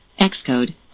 Xcode